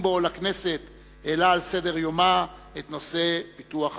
עם בואו לכנסת העלה על סדר-יומה את נושא פיתוח הגליל.